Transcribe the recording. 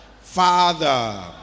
Father